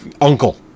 uncle